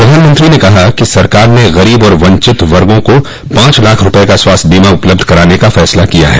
प्रधानमंत्री ने कहा कि सरकार ने गरीब और वंचितों वर्गों का पांच लाख रूपये का स्वास्थ्य बीमा उपलब्ध कराने का फैसला किया है